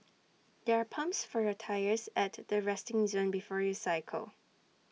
there are pumps for your tyres at the resting zone before you cycle